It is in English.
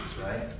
right